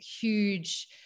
huge